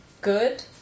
good